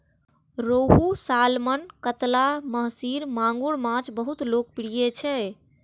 रोहू, सालमन, कतला, महसीर, मांगुर माछ बहुत लोकप्रिय छै